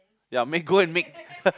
ya make go and make